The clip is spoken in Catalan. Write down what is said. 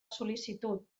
sol·licitud